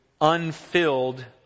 unfilled